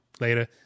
Later